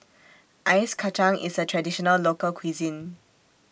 Ice Kachang IS A Traditional Local Cuisine